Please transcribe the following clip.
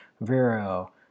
Vero